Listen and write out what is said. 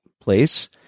place